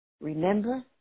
Remember